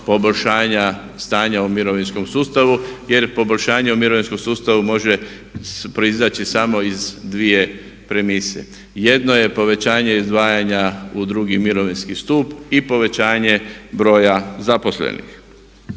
poboljšanja stanja u mirovinskom sustavu, jer poboljšanje u mirovinskom sustavu može proizaći samo iz dvije premise. Jedno je povećanje izdvajanja u drugi mirovinski stup i povećanje broja zaposlenih.